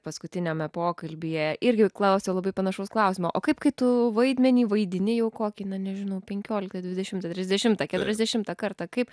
paskutiniame pokalbyje irgi klausiau labai panašaus klausimo o kaip kai tu vaidmenį vaidini jau kokį na nežinau penkioliktą dvidešimtą trisdešimtą keturiasdešimtą kartą kaip